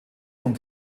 von